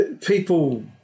people